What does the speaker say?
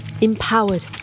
empowered